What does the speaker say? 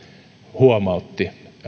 huomautti